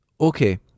Okay